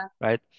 Right